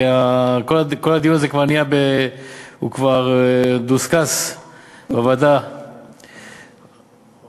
כי כל הדיון הזה כבר דוסקס בוועדת החוקה,